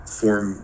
form